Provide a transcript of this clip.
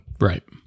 Right